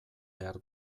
behar